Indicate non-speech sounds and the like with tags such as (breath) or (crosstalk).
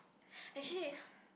actually this one (breath)